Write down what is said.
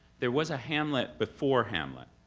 there was a hamlet before hamlet,